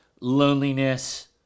loneliness